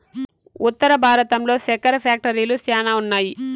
ఉత్తర భారతంలో సెక్కెర ఫ్యాక్టరీలు శ్యానా ఉన్నాయి